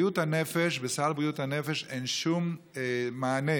בסל בריאות הנפש אין שום מענה.